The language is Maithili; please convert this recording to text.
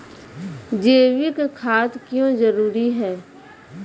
जैविक खाद क्यो जरूरी हैं?